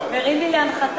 חבל על הזמן.